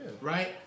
Right